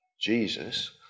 Jesus